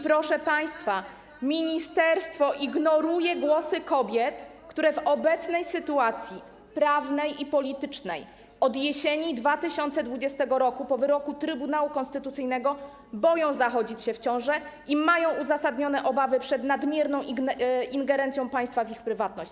Proszę państwa, ministerstwo ignoruje głosy kobiet, które w obecnej sytuacji prawnej i politycznej, od jesieni 2020 r., po wyroku Trybunału Konstytucyjnego, boją się zachodzić w ciążę i mają uzasadnione obawy przed nadmierną ingerencją państwa w ich prywatność.